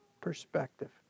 perspective